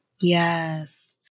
Yes